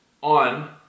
on